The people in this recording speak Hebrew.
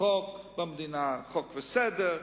חוק במדינה, חוק וסדר,